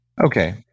Okay